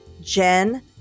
Jen